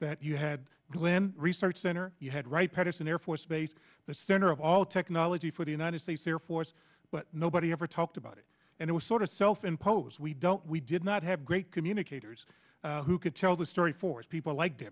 that you had glenn research center you had right patterson air force base the center of all technology for the united states air force but nobody ever talked about it and it was sort of self imposed we don't we did not have great communicators who could tell the story for people like